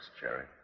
Jerry